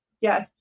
Yes